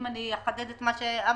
אם אני אחדד את מה שאמרת,